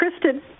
Kristen